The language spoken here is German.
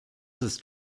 ist